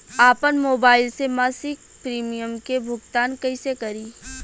आपन मोबाइल से मसिक प्रिमियम के भुगतान कइसे करि?